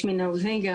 שמי נעה קלינגר,